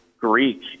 Greek